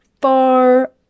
far